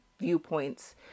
viewpoints